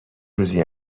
روزی